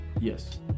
yes